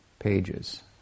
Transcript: pages